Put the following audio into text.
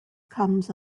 comes